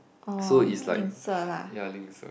so it's like ya 吝啬